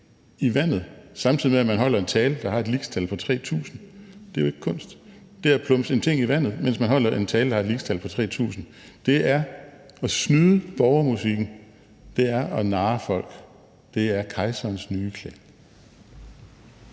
i vandet, samtidig med at man holder en tale, der har et lixtal på 3.000, er jo ikke kunst, men er at plumse en ting i vandet, mens man holder en tale, der har et lixtal på 3.000. Det er at snyde borgermusikken. Det er at narre folk. Det er kejserens nye klæder.